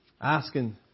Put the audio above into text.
asking